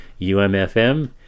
UMFM